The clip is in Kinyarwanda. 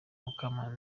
mukamana